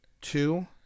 two